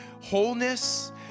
wholeness